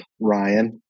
Ryan